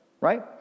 right